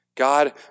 God